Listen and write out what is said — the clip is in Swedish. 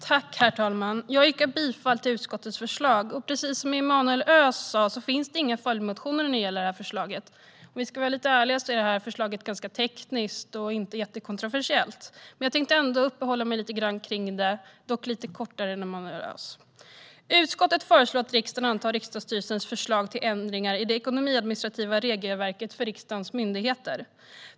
Herr talman! Jag yrkar bifall till utskottets förslag. Precis som Emanuel Öz sa finns det inga följdmotioner till det här förslaget. Om vi ska vara ärliga är förslaget ganska tekniskt och inte jättekontroversiellt, men jag tänkte ändå uppehålla mig lite vid det, dock lite kortare än Emanuel Öz. Utskottet föreslår att riksdagen antar riksdagsstyrelsens förslag till ändringar i det ekonomiadministrativa regelverket för riksdagens myndigheter.